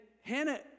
Hannah